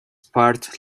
part